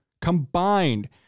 combined